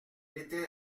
était